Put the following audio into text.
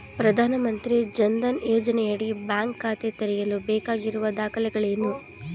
ಪ್ರಧಾನಮಂತ್ರಿ ಜನ್ ಧನ್ ಯೋಜನೆಯಡಿ ಬ್ಯಾಂಕ್ ಖಾತೆ ತೆರೆಯಲು ಬೇಕಾಗಿರುವ ದಾಖಲೆಗಳೇನು?